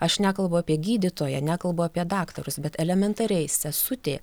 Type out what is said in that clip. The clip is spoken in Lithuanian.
aš nekalbu apie gydytoją nekalbu apie daktarus bet elementariai sesutė